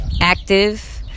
active